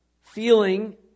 feeling